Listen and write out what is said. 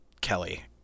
Kelly